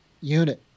unit